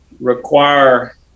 require